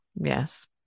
Yes